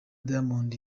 diamond